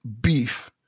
beef